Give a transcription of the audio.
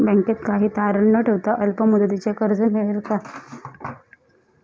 बँकेत काही तारण न ठेवता अल्प मुदतीचे कर्ज मिळेल का?